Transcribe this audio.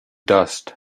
dust